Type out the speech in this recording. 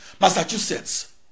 Massachusetts